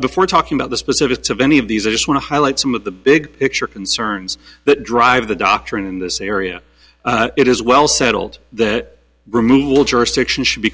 before talking about the specifics of any of these are just want to highlight some of the big picture concerns that drive the doctrine in this area it is well settled that removal jurisdiction should be